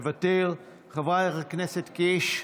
מוותר, חבר הכנסת קיש,